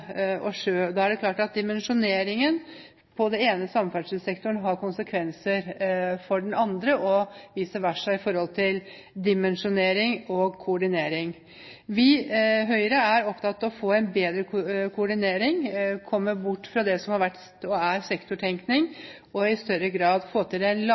og sjø. Da er det klart at dimensjoneringen på den ene samferdselssektoren har konsekvenser for den andre, og vice versa i forhold til dimensjonering og koordinering. Høyre er opptatt av å få en bedre koordinering, komme bort fra det som har vært og er sektortenkning, og i større grad få til en